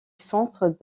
centre